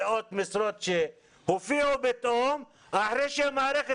מאות משרות שהופיעו פתאום אחרי שהמערכת